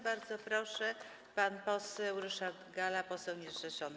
Bardzo proszę, pan poseł Ryszard Galla, poseł niezrzeszony.